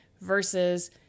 versus